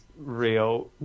real